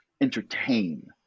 entertain